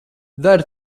dari